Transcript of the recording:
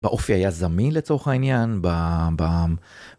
באופי היזמי לצורך העניין, ב... ב...